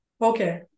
Okay